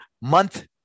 month